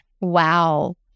Wow